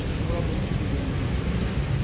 more of them should be going into research.